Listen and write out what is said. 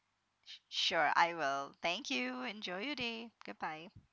s~ sure I will thank you enjoy your day goodbye